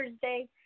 Thursday